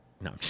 no